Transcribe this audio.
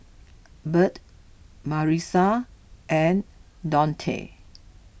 Bert Marisa and Dionte